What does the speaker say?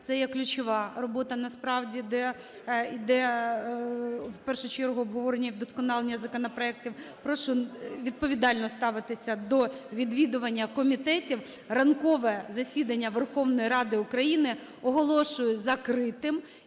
Це є ключова робота насправді, де йде, в першу чергу, обговорення і вдосконалення законопроектів. Прошу відповідально ставитися до відвідування комітетів. Ранкове засідання Верховної Ради України оголошую закритим.